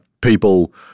people